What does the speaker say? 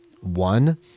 One